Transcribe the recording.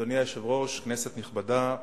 אדוני היושב-ראש, כנסת נכבדה,